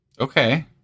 Okay